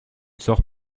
sors